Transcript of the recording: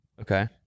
Okay